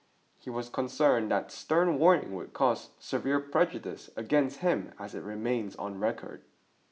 he was concerned that stern warning would cause severe prejudice against him as it remained on record